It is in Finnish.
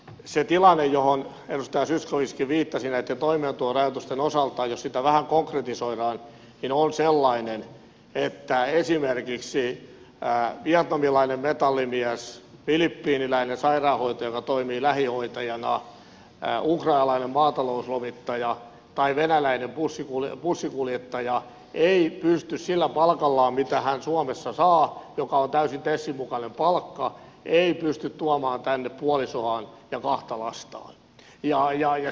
se tilanne johon edustaja zyskowiczkin viittasi näiden toimeentulorajoitusten osalta jos sitä vähän konkretisoidaan on sellainen että esimerkiksi vietnamilainen metallimies filippiiniläinen sairaanhoitaja joka toimii lähihoitajana ukrainalainen maatalouslomittaja tai venäläinen bussinkuljettaja ei pysty sillä palkallaan mitä hän suomessa saa joka on täysin tesin mukainen palkka tuomaan tänne puolisoaan ja kahta lastaan